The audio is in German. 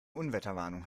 unwetterwarnung